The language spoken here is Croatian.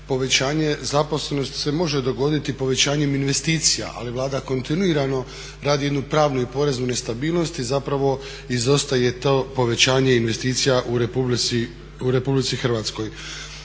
povećanje zaposlenosti se može dogoditi povećanjem investicija, ali Vlada kontinuirano radi jednu pravnu i poreznu nestabilnost i zapravo izostaje to povećanje investicija u Republici Hrvatskoj.